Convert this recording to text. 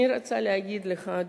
אני רוצה להגיד לכם,